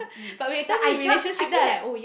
mm like I ju~ I feel that